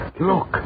Look